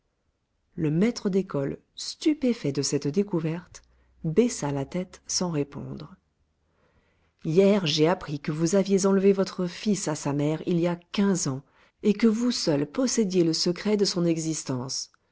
le maître d'école stupéfait de cette découverte baissa la tête sans répondre hier j'ai appris que vous aviez enlevé votre fils à sa mère il y a quinze ans et que vous seul possédiez le secret de son existence